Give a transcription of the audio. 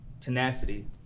Tenacity